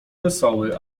wesoły